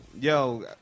yo